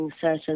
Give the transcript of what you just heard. certain